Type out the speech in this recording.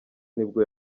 nibwo